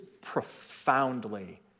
profoundly